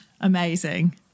Amazing